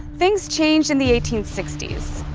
things changed in the eighteen sixty s.